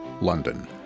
london